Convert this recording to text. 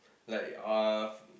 like uh